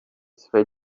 swe